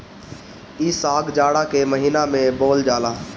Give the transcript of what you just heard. इ साग जाड़ा के महिना में बोअल जाला